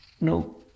no